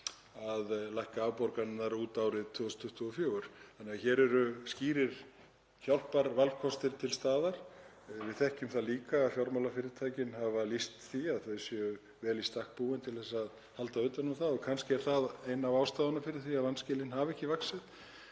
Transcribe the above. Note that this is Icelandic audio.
að lækka afborganirnar út árið 2024. Þannig að hér eru skýrir hjálparvalkostir til staðar. Við þekkjum það líka að fjármálafyrirtækin hafa lýst því að þau séu vel í stakk búin til að halda utan um það. Kannski er það ein af ástæðunum fyrir því að vanskilin hafa ekki vaxið